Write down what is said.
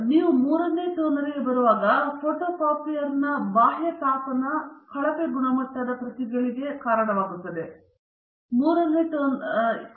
ಆದ್ದರಿಂದ ನೀವು ಮೂರನೇ ಟೋನರಿಗೆ ಬರುವಾಗ ಫೋಟೊಕಾಪಿಯರ್ನ ಬಾಹ್ಯ ತಾಪನ ಕಳಪೆ ಗುಣಮಟ್ಟದ ಪ್ರತಿಗಳು ಮೂರನೆಯ ಟೋನರಿಗೆ ಸರಿಯಾಗಿ ಕಾರಣವಾಗಬಹುದು